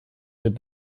did